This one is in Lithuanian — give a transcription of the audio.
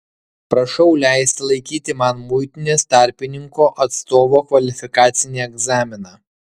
prašau leisti laikyti man muitinės tarpininko atstovo kvalifikacinį egzaminą